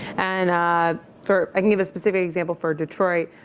and for, i can give a specific example for detroit.